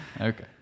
Okay